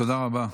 תודה רבה.